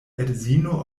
edzino